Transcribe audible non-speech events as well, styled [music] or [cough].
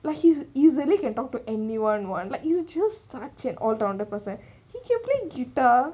like he's easily can talk to anyone [one] like you just stretch it all down a person [breath] he can play guitar